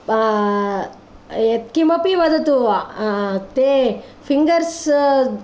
यत् किमपि वदतु वा ते फिङ्गर्स्